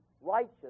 righteous